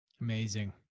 Amazing